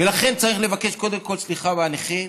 ולכן, צריך לבקש קודם כל סליחה מהנכים,